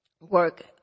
work